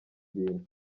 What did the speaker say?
ibintu